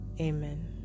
Amen